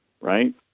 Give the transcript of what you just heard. right